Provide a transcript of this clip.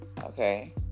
okay